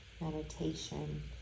meditation